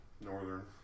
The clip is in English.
northern